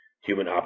human